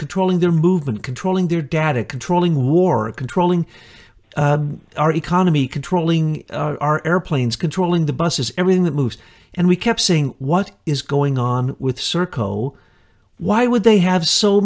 controlling their movement controlling their data controlling war controlling our economy controlling our airplanes controlling the buses everything that moves and we kept saying what is going on with serco why would they have so